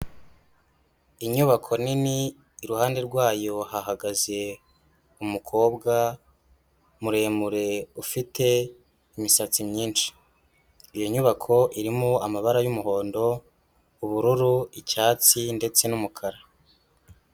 Inyubako nini iruhande rwayo hahagaze umukobwa muremure ufite imisatsi myinshi, iyo nyubako irimo amabara y'umuhondo, ubururu, icyatsi ndetse n'umukara.